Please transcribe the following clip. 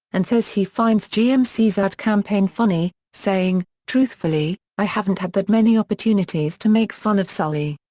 and says he finds gmc's ad campaign funny, saying truthfully, i haven't had that many opportunities to make fun of sully.